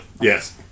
Yes